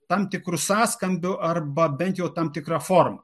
tam tikru sąskambiu arba bent jau tam tikra forma